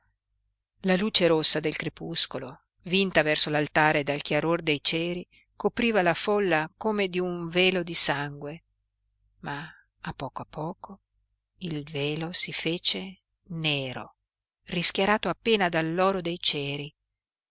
la luce rossa del crepuscolo vinta verso l'altare dal chiaror dei ceri copriva la folla come di un velo di sangue ma a poco a poco il velo si fece nero rischiarato appena dall'oro dei ceri